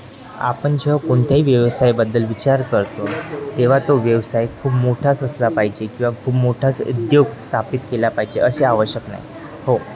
आपण जेव्हा कोणत्याही व्यवसायाबद्दल विचार करतो तेव्हा तो व्यवसाय खूप मोठाच असला पाहिजे किंवा खूप मोठाच उद्योग स्थापित केला पाहिजे असे आवश्यक नाही हो